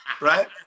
Right